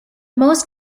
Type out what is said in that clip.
most